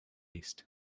east